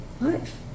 life